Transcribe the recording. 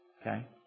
Okay